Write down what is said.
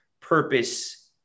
purpose